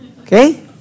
okay